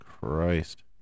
Christ